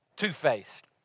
Two-faced